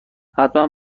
حتما